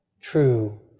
true